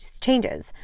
changes